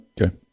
Okay